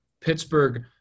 Pittsburgh